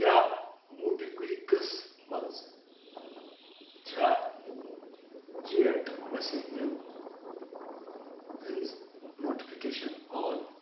کیٛاہ موبِکوِکس منٛز چھےٚ چیٹ میسیجن ہٕنٛز نوٹفکیشن آن